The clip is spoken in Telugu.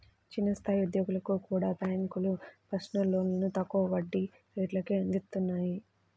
చిన్న స్థాయి ఉద్యోగులకు కూడా బ్యేంకులు పర్సనల్ లోన్లను తక్కువ వడ్డీ రేట్లకే అందిత్తన్నాయి